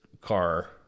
car